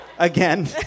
again